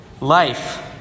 Life